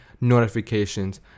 notifications